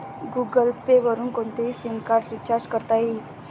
Google Pay वरुन कोणतेही SIM card recharge करता येईल